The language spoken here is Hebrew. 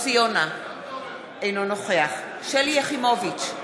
אינו נוכח שלי יחימוביץ,